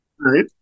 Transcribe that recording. Right